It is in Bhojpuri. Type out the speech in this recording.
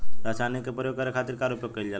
रसायनिक के प्रयोग करे खातिर का उपयोग कईल जाला?